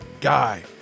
guy